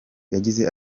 yagize